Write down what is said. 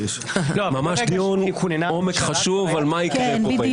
ממש דיון עומק חשוב על מה שיקרה פה.